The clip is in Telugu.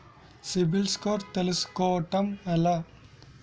సిబిల్ స్కోర్ తెల్సుకోటం ఎలా?